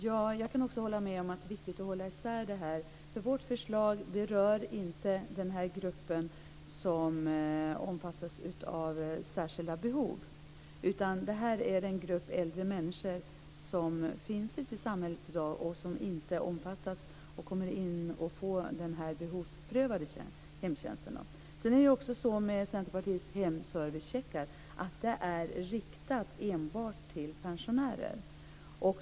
Herr talman! Jag kan hålla med om att det är viktigt att hålla isär begreppen här. Vårt förslag rör inte den grupp som omfattas av särskilda behov. Det gäller en grupp äldre människor som finns ute i samhället i dag och som inte omfattas av och får den behovsprövade hemtjänsten. Sedan är det så med Centerpartiets hemservicecheckar att de är riktade enbart till pensionärer.